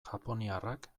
japoniarrak